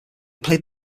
played